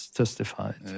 testified